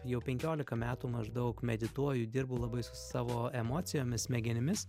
jau penkiolika metų maždaug medituoju dirbu labai su savo emocijomis smegenimis